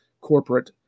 corporate